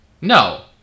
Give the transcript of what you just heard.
No